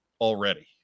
already